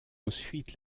ensuite